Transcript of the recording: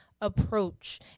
approach